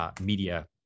media